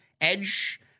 Edge